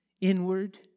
inward